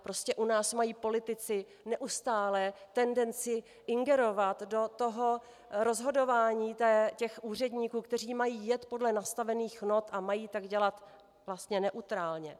Prostě u nás mají politici neustále tendenci ingerovat do rozhodování úředníků, kteří mají jet podle nastavených not a mají tak dělat vlastně neutrálně.